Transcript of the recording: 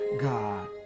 God